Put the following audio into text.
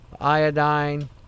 iodine